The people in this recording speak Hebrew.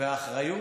והאחריות,